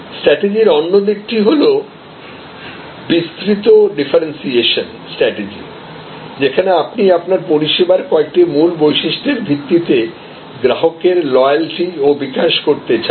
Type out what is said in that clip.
স্ট্রাটেজির অন্য দিকটি হল বিস্তৃত ডিফারেন্সিয়েশন স্ট্রাটেজি যেখানে আপনি আপনার পরিষেবার কয়েকটি মূল বৈশিষ্ট্যের ভিত্তিতে গ্রাহকের লয়ালটি ও বিকাশ করতে চান